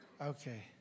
okay